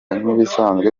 nk’ibisanzwe